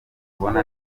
kubona